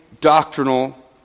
doctrinal